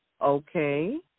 Okay